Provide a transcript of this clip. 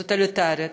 טוטליטרית,